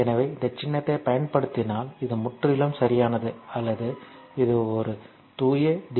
எனவே இந்த சின்னத்தைப் பயன்படுத்தினால் அது முற்றிலும் சரியானது அல்லது இது ஒரு தூய டி